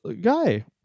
guy